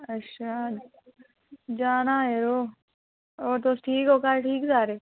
अच्छा जाना ऐ यरो होर तुस ठीक हो घर ठीक सारे